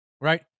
right